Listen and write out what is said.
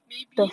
maybe